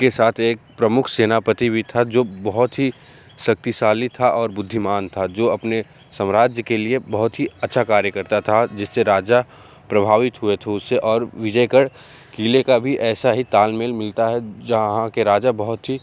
के साथ एक प्रमुख सेनापति भी था जो बहुत ही शक्तिशाली था और बुद्धिमान था जो अपने साम्राज्य के लिए बहुत ही अच्छा कार्य करता था जिससे राजा प्रभावित हुए थे उससे और विजयगढ़ किले का भी ऐसा ही तालमेल मिलता है जहाँ के राजा बहुत ही